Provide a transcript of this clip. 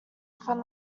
from